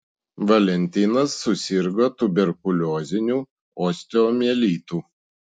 valentinas susirgo tuberkulioziniu osteomielitu